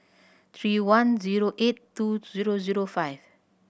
three one zero eight two zero zero five